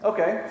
Okay